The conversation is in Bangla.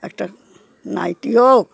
একটা নাইটি হোক